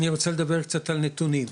אני רוצה לדבר קצת על נתונים,